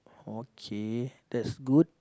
okay that's good